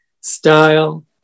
style